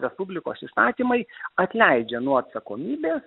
respublikos įstatymai atleidžia nuo atsakomybės